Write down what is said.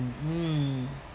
mm